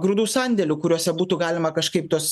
grūdų sandėlių kuriuose būtų galima kažkaip tuos